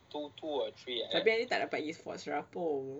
tapi I tak dapat east force rabung